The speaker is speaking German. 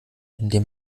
indem